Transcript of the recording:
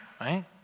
right